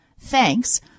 Thanks